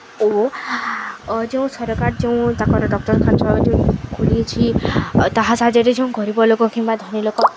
ଓ ଯେଉଁ ସରକାର ଯେଉଁ ତାଙ୍କର ଡକ୍ତର ଯଉଁ ଖୋଲିଛି ତାହା ସାହାଯ୍ୟରେ ଯେଉଁ ଗରିବ ଲୋକ କିମ୍ବା ଧନୀ ଲୋକ